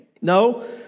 No